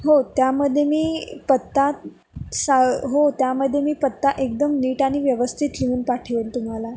हो त्यामध्ये मी पत्ता सा हो त्यामध्ये मी पत्ता एकदम नीट आणि व्यवस्थित लिहून पाठवेन तुम्हाला